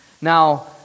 Now